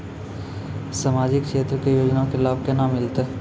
समाजिक क्षेत्र के योजना के लाभ केना मिलतै?